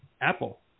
Apple